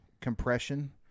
compression